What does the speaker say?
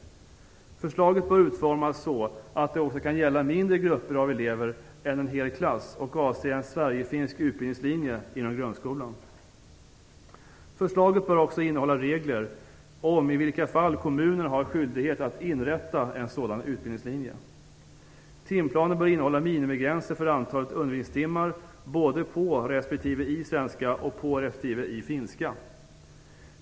Förslaget bör utformas så, att det också kan gälla mindre grupper av elever än en hel klass och avse en sverigefinsk utbildningslinje inom grundskolan. Förslaget bör också innehålla regler om i vilka fall kommunerna har skyldighet att inrätta en sådan utbildningslinje. Timplanen bör innehålla minimigränser för antalet undervisningstimmar både på respektive i svenska och på respektive i finska.